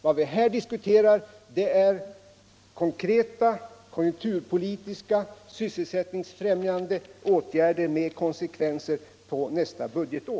Vad vi här skall diskutera är konkreta konjunkturpolitiska sysselsättningsfrämjande åtgärder med konsekvenser för nästa budgetår.